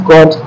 God